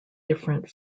different